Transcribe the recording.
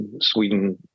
sweden